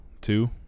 Two